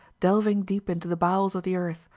delving deep into the bowels of the earth,